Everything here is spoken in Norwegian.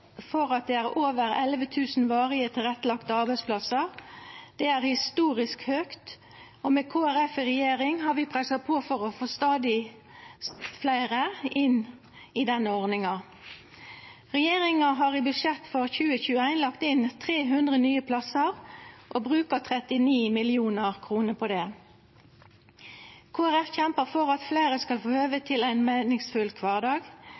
for at det er over 11 000 varig tilrettelagde arbeidsplassar. Det er historisk høgt, og med Kristeleg Folkeparti i regjering har vi pressa på for å få stadig fleire inn i denne ordninga. Regjeringa har i budsjettet for 2021 lagt inn 300 nye plassar, og brukar 39 mill. kr på det. Kristeleg Folkeparti kjempar for at fleire skal få høve til ein meiningsfull kvardag.